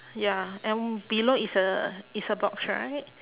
ya and below is a is a box right